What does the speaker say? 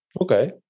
Okay